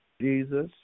Jesus